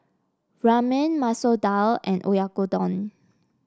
Ramen Masoor Dal and Oyakodon